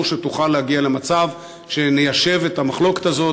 שתוכל להגיע למצב שניישב את המחלוקת הזאת